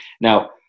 Now